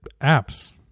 apps